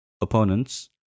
opponents